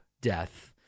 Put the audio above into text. death